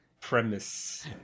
premise